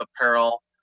apparel